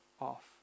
off